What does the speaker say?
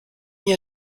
nie